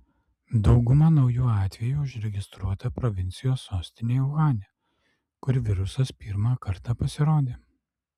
dauguma naujų atvejų užregistruota provincijos sostinėje uhane kur virusas pirmą kartą pasirodė